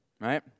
right